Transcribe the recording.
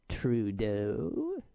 Trudeau